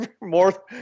More